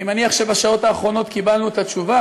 אני מניח שבשעות האחרונות קיבלנו את התשובה.